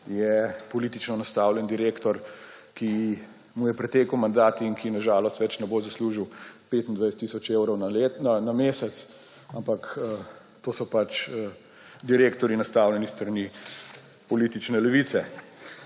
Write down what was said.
je politično nastavljen direktor, ki mu je pretekel mandat in ki na žalost več ne bo zaslužili 25 tisoč evrov na mesec. Ampak to so pač direktorji, nastavljeni s strani politične levice.